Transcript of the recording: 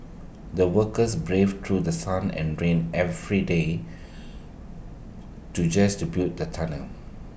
the workers braved through sun and rain every day to just to build the tunnel